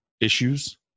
issues